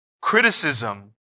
Criticism